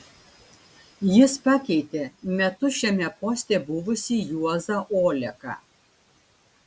jis pakeitė metus šiame poste buvusį juozą oleką